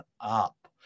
up